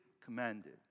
commanded